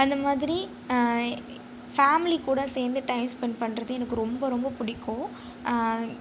அந்த மாதிரி ஃபேமிலி கூட சேர்ந்து டைம் ஸ்பெண்ட் பண்றது எனக்கு ரொம்ப ரொம்ப பிடிக்கும்